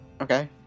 Okay